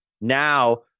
Now